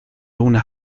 una